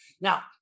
Now